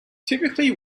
typically